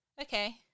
okay